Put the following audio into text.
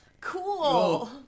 Cool